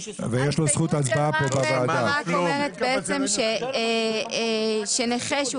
ההסתייגות של רם בן ברק אומרת שנכה שהוא